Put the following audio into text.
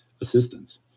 assistance